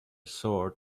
sword